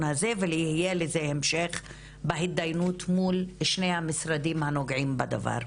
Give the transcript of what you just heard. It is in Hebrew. הזה ויהיה לזה המשך בהתדיינות מול שני המשרדים הנוגעים בדבר.